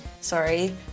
Sorry